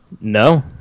No